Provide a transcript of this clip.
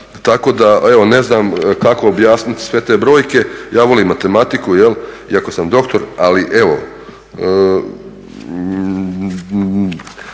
tako da evo ne znam kako objasniti sve te brojke. Ja volim matematiku, iako sam doktor. Ali evo,